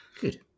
Good